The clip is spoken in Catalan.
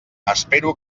espero